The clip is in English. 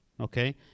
okay